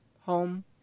home